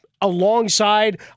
alongside